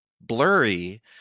blurry